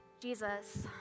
Jesus